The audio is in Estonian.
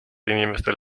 inimestel